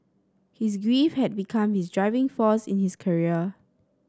his grief had become his driving force in his career